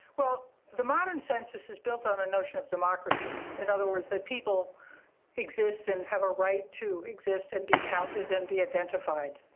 well, the modern census is built on a notion of democracy. in other words, that people exist and have a right to exist and be counted and be identified.